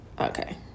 Okay